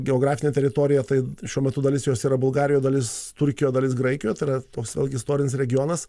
geografinę teritoriją tai šiuo metu dalis jos yra bulgarijoj dalis turkijoj dalis graikijoj tai yra toks vėlgi istorinis regionas